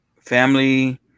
family